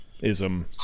ism